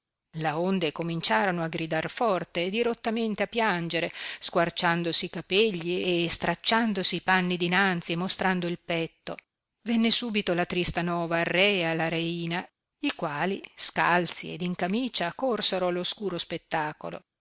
uccisi laonde cominciorono a gridar forte e dirottamente a piagnere squarciandosi i capegli e stracciandosi i panni dinanzi e mostrando il petto venne subito la trista nova al re ed alla reina i quali scalzi ed in camicia corsero allo scuro spettacolo